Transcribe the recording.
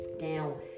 Now